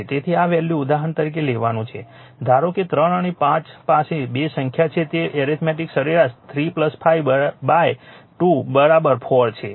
તેથી આ વેલ્યુ ઉદાહરણ તરીકે લેવાનું છે ધારો કે 3 અને 5 પાસે બે સંખ્યા છે તે એરિથમેટિક સરેરાશ 3 5 બાય 2 4 છે